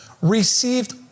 received